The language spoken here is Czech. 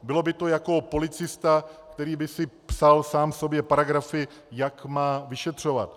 Bylo by to jako policista, který by si psal sám sobě paragrafy, jak má vyšetřovat.